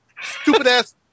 stupid-ass